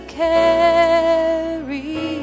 carry